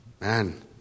Man